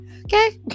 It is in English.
Okay